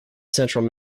central